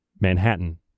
Manhattan